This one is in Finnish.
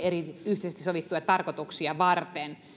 yhteisesti sovittuja tarkoituksia varten